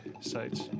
sites